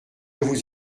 vous